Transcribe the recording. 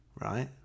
Right